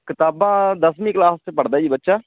ਕਿਤਾਬਾਂ ਦਸਵੀਂ ਕਲਾਸ 'ਚ ਪੜ੍ਹਦਾ ਜੀ ਬੱਚਾ